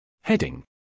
Heading